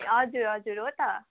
हजुर हजुर हो त